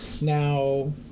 Now